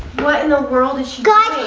what in the world is she